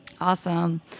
Awesome